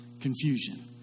confusion